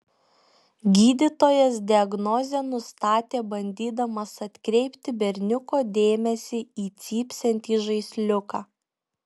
gydytojas diagnozę nustatė bandydamas atkreipti berniuko dėmesį į cypsintį žaisliuką